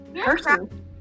person